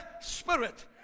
Spirit